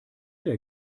der